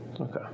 Okay